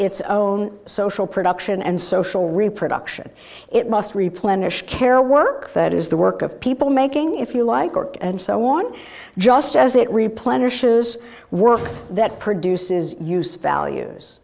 its own social production and social reproduction it must replenish care work that is the work of people making if you like work and so on just as it replenishes work that produces use values